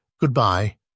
Goodbye